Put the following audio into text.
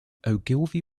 ogilvy